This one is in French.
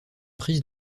prise